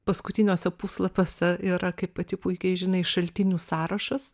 paskutiniuose puslapiuose yra kaip pati puikiai žinai šaltinių sąrašas